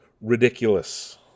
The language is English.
ridiculous